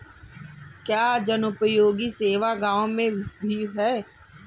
क्या जनोपयोगी सेवा गाँव में भी है?